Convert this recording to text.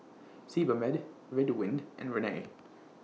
Sebamed Ridwind and Rene